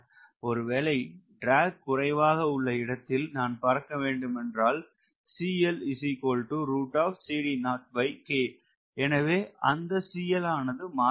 ஒரு வேளை ட்ராக் குறைவாக உள்ள இடத்தில நான் பறக்க வேண்டும் என்றால் எனவே அந்த ஆனது மாறாது